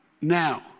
now